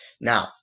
Now